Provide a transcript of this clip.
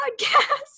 podcast